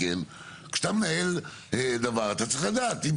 כשאתה מנהל דבר כזה אתה צריך לדעת שאם